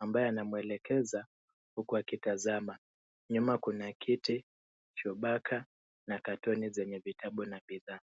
ambaye anamwelekeza huku akitazama. Nyuma kuna kiti, shubaka na katoni zenye vitabu na bidhaa.